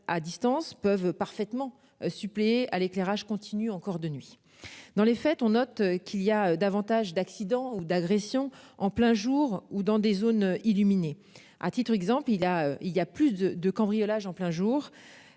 à distance peuvent parfaitement suppléé à l'éclairage continue encore de nuit dans les fêtes, on note qu'il y a davantage d'accidents ou d'agressions en plein jour ou dans des zones illuminé à titre exemple il a, il y a plus de 2 cambriolages en plein jour.